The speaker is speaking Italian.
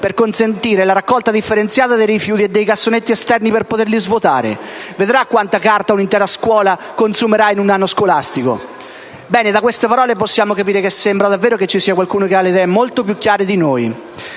per consentire la raccolta differenziata dei rifiuti e di cassonetti esterni per poterli svuotare. Vedrà quanta carta un'intera scuola consumerà in un anno scolastico». Bene, da queste parole possiamo dire che sembra davvero che ci sia qualcuno che ha le idee molto più chiare di noi.